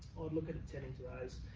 i would look at attending to those.